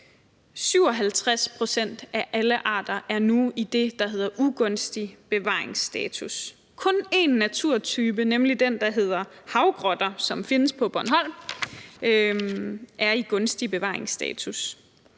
57 pct. af alle arter er nu i det, der hedder ugunstig bevaringsstatus. Kun én naturtype, nemlig den, der hedder havgrotter, som findes på Bornholm, er i gunstig bevaringsstatus.